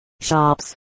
shops